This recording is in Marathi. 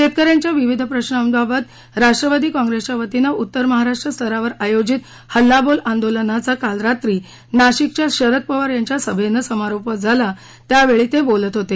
शेतकऱ्यांच्या विविध प्रश्नाबाबत राष्ट्रवादी काँप्रेसच्या वतीनं उत्तर महाराष्ट्र स्तरावर आयोजित हल्ला बोल आंदोलनाचा काल रात्री नाशिकच्या शरद पवार यांच्या सभेने समारोप झाला त्यावेळी ते बोलत होते